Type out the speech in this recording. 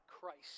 Christ